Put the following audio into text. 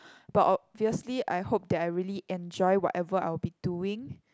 but obviously I hope that I really enjoy whatever I will be doing